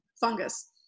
fungus